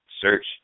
search